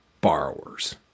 borrowers